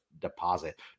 deposit